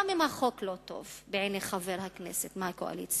גם אם החוק לא טוב בעיני חבר הכנסת מהקואליציה.